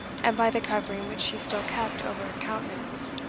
and by the covering which she still kept over her countenance,